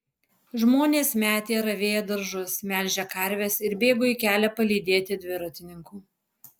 žmonės metė ravėję daržus melžę karves ir bėgo į kelią palydėti dviratininkų